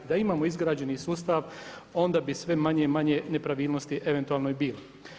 Da imamo izgrađeni sustav onda bi sve manje i manje nepravilnosti eventualno i bilo.